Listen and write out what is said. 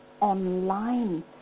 online